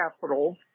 capital